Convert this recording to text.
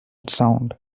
sound